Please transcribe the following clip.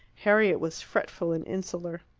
harriet was fretful and insular.